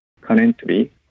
Currently